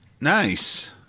Nice